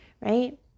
right